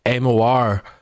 MOR